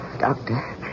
Doctor